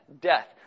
Death